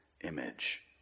image